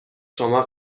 شما